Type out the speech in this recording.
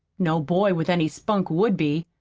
no boy with any spunk would be.